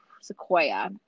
sequoia